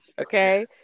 okay